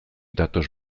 datoz